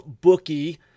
bookie